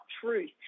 truth